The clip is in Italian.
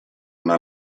una